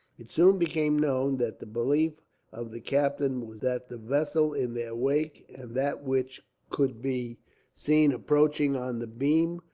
it soon became known that the belief of the captain was that the vessel in their wake, and that which could be seen approaching on the beam,